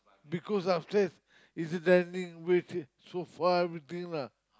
because upstairs is dining with sofa everything lah